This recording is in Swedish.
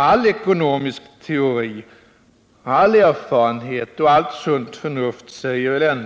All ekonomisk teori, all erfarenhet och allt sunt förnuft säger